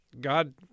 God